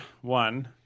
one